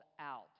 out